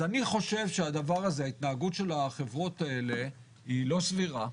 אז אני חושב שההתנהגות של החברות האלה היא לא סבירה,